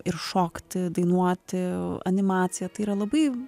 ir šokti dainuoti animaciją tai yra labai